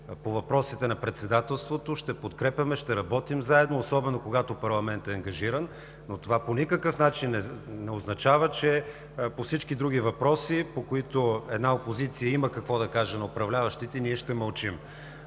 по въпросите на Председателството ще подкрепяме, ще работим заедно, особено когато парламентът е ангажиран, но това по никакъв начин не означава, че по всички други въпроси, по които една опозиция има какво да каже на управляващите, ние ще мълчим.